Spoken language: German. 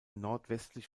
nordwestlich